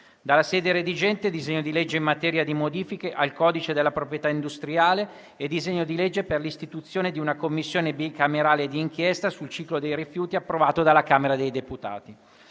dalla sede redigente, disegno di legge in materia di modifiche al codice della proprietà industriale e disegno di legge per l'istituzione di una Commissione bicamerale di inchiesta sul ciclo dei rifiuti, approvato dalla Camera dei deputati;